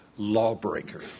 lawbreaker